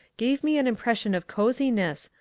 gave me an impression of cosiness,